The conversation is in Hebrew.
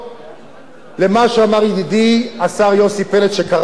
למה שאמר ידידי השר יוסי פלד, שקרא את הדברים,